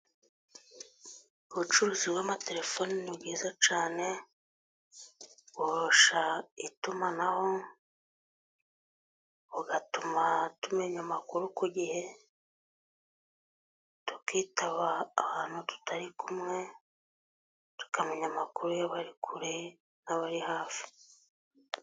Ubucuruzi bw'amaterefone ni bwiza cyane bworosha itumanaho, bugatuma tumenya amakuru ku gihe, tukitaba abantu tutari kumwe, tukamenya amakuru y'abari kure n'abari hafi.